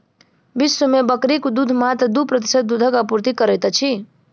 विश्व मे बकरीक दूध मात्र दू प्रतिशत दूधक आपूर्ति करैत अछि